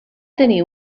tenir